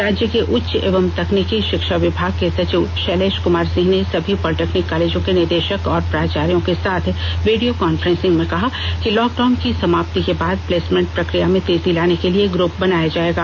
राज्य के उच्च एवं तकनीकी शिक्षा विभाग के सचिव शैलेश क्मार सिंह ने सभी पॉलीटेक्निक कॉलेजों के निदेशक और प्राचार्यो के साथ वीडियो कांफ्रेंसिंग में कहा कि लॉक डाउन की समाप्ति के बाद प्लेसमेंट प्रक्रिया में तेजी लाने के लिए ग्रप बनाया जाएगा